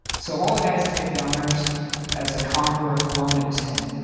so of all the guys to get the honors as a conqueror of cologne, it was him.